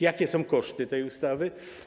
Jakie są koszty tej ustawy?